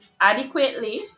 adequately